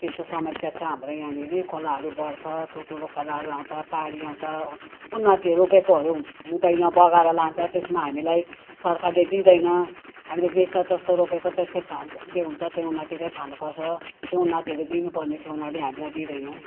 त्यस्तो समस्या छ हाम्रो यहाँनेरि खोलाहरू बढ्छ ठुल्ठुलो खोलाहरू आउँछ बाढी आउँछ उन्नतिहरू रोपेकोहरू हुँदैन बगाएर लान्छ त्यसमा हामीलाई सरकारले दिँदैन हामीले जे छ जस्तो रोपेको त्यस्तै खाऊ जे हुन्छ त्यही उन्नतिकै खानु पर्छ त्यो उन्नतिहरू दिनु पर्ने थियो उनीहरूले हामीलाई दिँदैन